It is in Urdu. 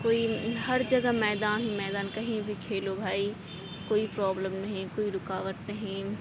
کوئی ہر جگہ میدان ہی میدان کہیں بھی کھیلو بھائی کوئی پرابلم نہیں کوئی رکاوٹ نہیں